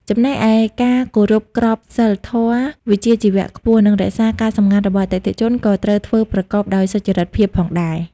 ចំណែកឯ ការគោរពក្រមសីលធម៌វិជ្ជាជីវៈខ្ពស់ និងរក្សាការសម្ងាត់របស់អតិថិជន ក៏ត្រូវធ្វើប្រកបទៅដោយសុចរិតភាពផងដែរ។